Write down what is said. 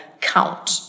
count